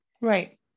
Right